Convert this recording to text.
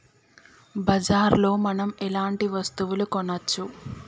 బజార్ లో మనం ఎలాంటి వస్తువులు కొనచ్చు?